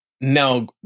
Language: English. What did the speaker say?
now